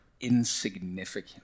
insignificant